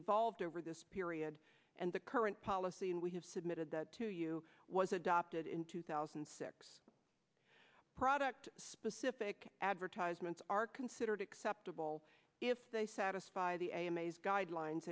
evolved over this period and the current policy and we have submitted that to you was adopted in two thousand and six product specific advertisements are considered acceptable if they satisfy the a m a s guidelines